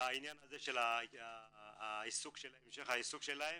בעניין המשך ההעסקה שלהם